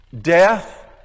death